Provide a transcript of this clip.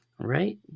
right